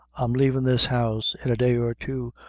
i'm lavin' this house in a day or two,